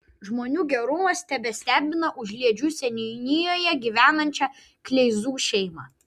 žmonių gerumas tebestebina užliedžių seniūnijoje gyvenančią kleizų šeimą